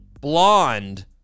blonde